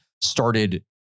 started